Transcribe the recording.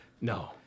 No